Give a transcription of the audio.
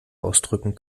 ausdrücken